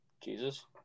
Jesus